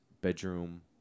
bedroom